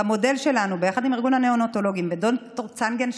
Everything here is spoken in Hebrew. ביחד עם ארגון הנאונטולוגים וד"ר צנגן,